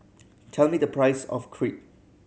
tell me the price of Crepe